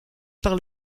par